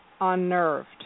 unnerved